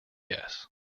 yes